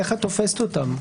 איך את תופשת אותם?